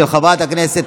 התשפ"ג 2023,